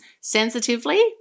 sensitively